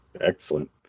Excellent